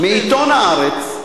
בעיתון "הארץ".